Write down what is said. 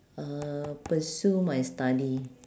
uh pursue my study